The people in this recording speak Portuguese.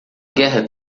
guerra